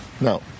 No